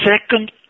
second